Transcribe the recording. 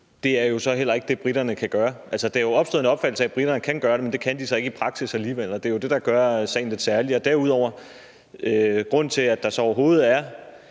at det jo så heller ikke er det, briterne kan gøre. Der er jo opstået en opfattelse af, at briterne kan gøre det, men det kan de så ikke i praksis alligevel. Det er jo det, der gør sagen lidt særlig. Og grunden til, at der overhovedet er